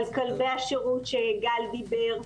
על כלבי השירות שגל דיבר,